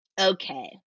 Okay